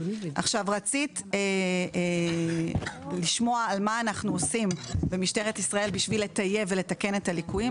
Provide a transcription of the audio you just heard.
רצית לשמוע מה אנחנו עושים במשטרת ישראל בשביל לטייב ולתקן את הליקויים,